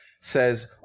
says